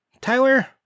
Tyler